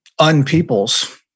unpeoples